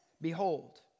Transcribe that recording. Behold